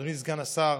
אדוני סגן השר,